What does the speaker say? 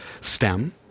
STEM